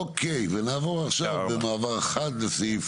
רק כאשר אין בדירקטיבה מענה מתאים נכון או לא קיים,